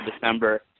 December